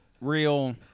real